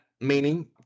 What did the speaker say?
meaning